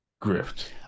grift